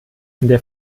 der